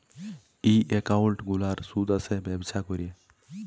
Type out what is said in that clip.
ই account গুলার সুদ আসে ব্যবছা ক্যরে